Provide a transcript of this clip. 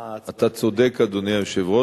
מה, אתה צודק, אדוני היושב-ראש.